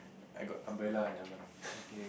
I got umbrella never mind